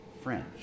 French